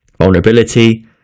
vulnerability